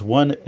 one